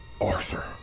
Arthur